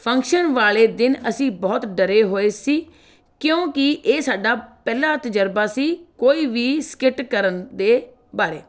function ਵਾਲੇ ਦਿਨ ਅਸੀਂ ਬਹੁਤ ਡਰੇ ਹੋਏ ਸੀ ਕਿਉਂਕਿ ਇਹ ਸਾਡਾ ਪਹਿਲਾ ਤਜ਼ਰਬਾ ਸੀ ਕੋਈ ਵੀ ਸਕਿੱਟ ਕਰਨ ਦੇ ਬਾਰੇ